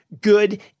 good